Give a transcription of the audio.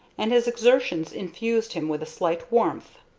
and his exertions infused him with a slight warmth.